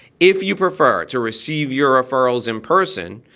if you prefer to receive your referrals in person,